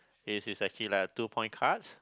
this is actually like a two point cards